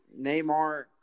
Neymar